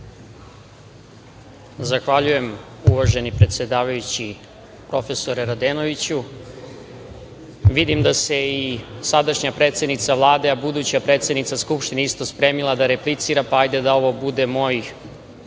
Zahvaljujem, uvaženi predsedavajući profesore Radenoviću, vidim da se i sadašnja predsednika Vlade, a buduća predsednica Skupštine isto spremila da replicira, pa hajde da ovo bude moj